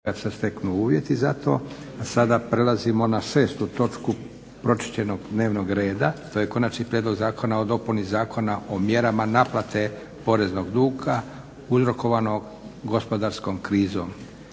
**Leko, Josip (SDP)** Sada prelazimo na 6. točku pročišćenog dnevnog reda - Konačni prijedlog zakona o dopuni Zakona o mjerama naplate poreznog duga uzrokovanog gospodarskom krizom,